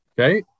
Okay